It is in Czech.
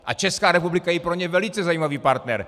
A Česká republika je pro ně velice zajímavý partner.